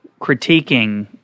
critiquing